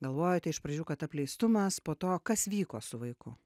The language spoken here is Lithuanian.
galvojote iš pradžių kad apleistumas po to kas vyko su vaiku